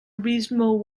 reasonable